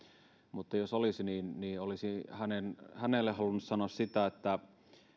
mutta jos olisi niin niin olisin hänelle hänelle halunnut sanoa että